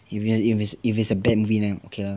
if it's if it's a bad movie then okay lah